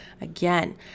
Again